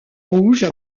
rouges